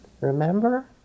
Remember